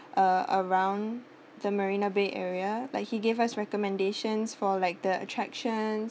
uh around the marina bay area like he gave us recommendations for like the attraction